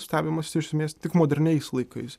stebimas iš esmės tik moderniais laikais